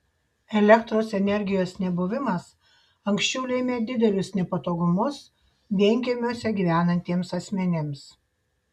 elektros energijos nebuvimas anksčiau lėmė didelius nepatogumus vienkiemiuose gyvenantiems asmenims